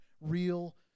real